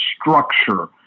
structure